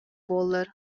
буоллар